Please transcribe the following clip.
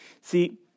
See